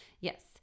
Yes